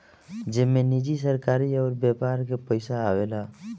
जेमे निजी, सरकारी अउर व्यापार के पइसा आवेला